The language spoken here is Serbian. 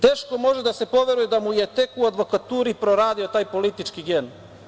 Teško može da se poveruje da mu je tek u advokaturi proradio taj politički gen.